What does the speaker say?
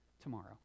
tomorrow